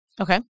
Okay